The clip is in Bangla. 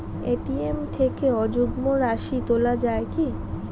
এ.টি.এম থেকে অযুগ্ম রাশি তোলা য়ায় কি?